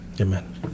Amen